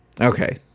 Okay